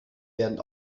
werden